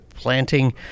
planting